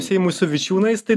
seimui su vičiūnais tai